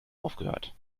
aufgehört